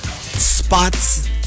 spots